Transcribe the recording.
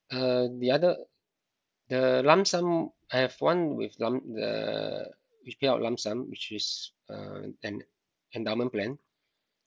uh the other the lump sum I have one with lump uh which payout lump sum which is uh en~ endowment plan